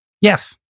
Yes